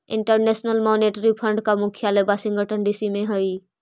international monetary fund के मुख्यालय Washington DC में हई